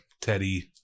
Teddy